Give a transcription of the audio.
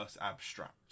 abstract